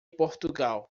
portugal